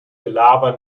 gelaber